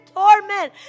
torment